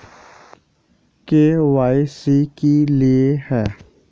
KYC की हिये है?